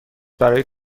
برای